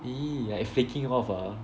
!ee! like flaking off ah